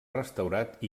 restaurat